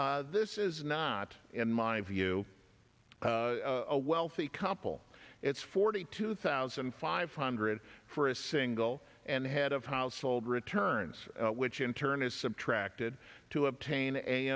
this is not in my view a wealthy couple it's forty two thousand five hundred for a single and head of household returns which in turn is subtracted to obtain a